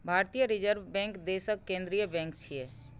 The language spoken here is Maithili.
भारतीय रिजर्व बैंक देशक केंद्रीय बैंक छियै